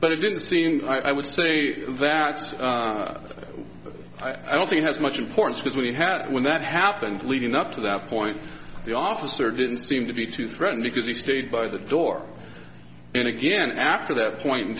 but it didn't seem i would say that but i don't think as much importance that we had when that happened leading up to that point the officer didn't seem to be too threatened because he stayed by the door and again after that point in